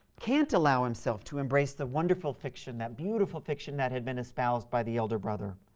can't allow himself to embrace the wonderful fiction, that beautiful fiction that had been espoused by the elder brother